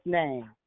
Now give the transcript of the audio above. name